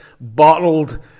bottled